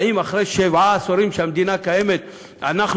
האם אחרי שבעה עשורים שהמדינה קיימת אנחנו